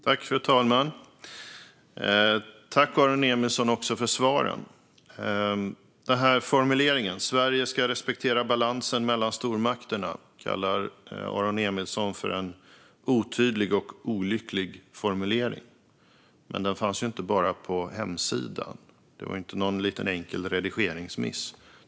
Fru talman! Tack, Aron Emilsson, för svaren! Formuleringen om att Sverige ska respektera balansen mellan stormakterna kallar Aron Emilsson för en otydlig och olycklig formulering. Men den fanns ju inte bara på hemsidan. Det var inte någon enkel redigeringsmiss.